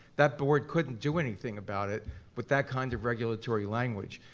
that board couldn't do anything about it with that kind of regulatory language.